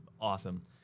awesome